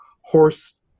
horse